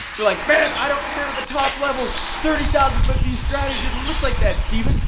you're like, man, i don't have a top-level, thirty thousand foot view strategy that looks like that, stephen.